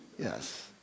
Yes